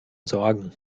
sorgen